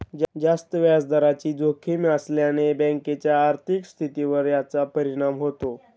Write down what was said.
जास्त व्याजदराची जोखीम असल्याने बँकेच्या आर्थिक स्थितीवर याचा परिणाम होतो